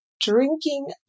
drinking